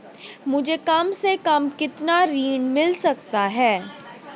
मुझे कम से कम कितना ऋण मिल सकता है?